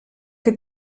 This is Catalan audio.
que